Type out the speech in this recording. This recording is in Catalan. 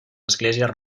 esglésies